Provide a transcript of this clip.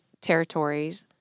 territories